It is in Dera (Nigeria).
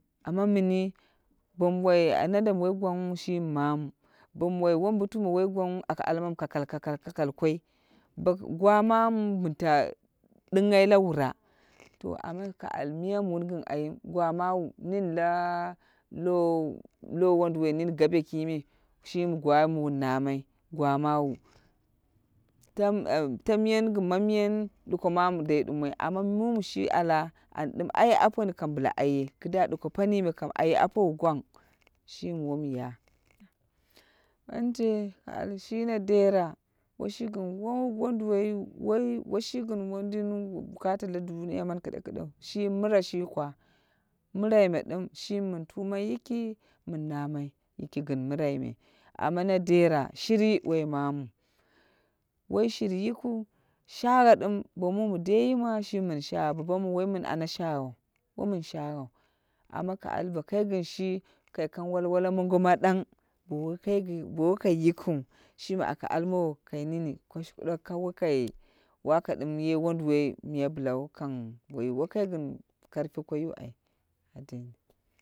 Amma mini bom wai nanda mi wom gwangwu shimi mamu. Bom wai wom botuma woi gwangwu aka almamu kakal kakal kakal koi. Gwa mamu min ya ɗinghai la wura. To amma ka al mya mi wun gin ayim gwa mawu nin la lowonduwoi mini gabe kime shimi gwa min wun namai gwa mawu. Tamye gin mamyen duko mamu dair ɗumoi amma mu mi shi ala an ɗim aiye aponi kam blaaye kida duko pani me kam aye apowo gwang. Shimi wom ya banje ka al shi na dera woshi gin wonduwoi, woshi gin mondin bukata la duniya mani kiɗekiɗeu shi mra shi kwa mra me dim shi mi min tumai yiki min namai yiki gin mira me. Amma na dera shiri woi mamu woi shiri yikiu, sha'a dim bo mu mi deima shimi min sha'a babamu woi mni ana sha'au womin sha'au. Amma ka ali bo kai gin shi kai kang walwala mongo madang. Bo kai yikiu shimi aka almowo kaini ni koshkudokka wokai wa ka dim ye wonduwoi minbla wu kang wo kai gin karfi koi wu ai adeni.